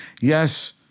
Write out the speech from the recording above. Yes